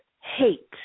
Hate